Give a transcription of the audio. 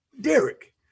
derek